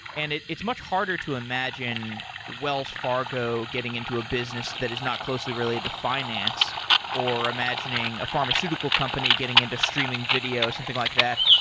and it's much harder to imagine wells fargo getting into a business that is not closely related to finance or imagining a pharmaceutical company getting into streaming video, something like that.